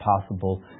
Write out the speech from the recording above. possible